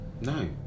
No